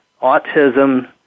autism